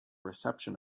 reception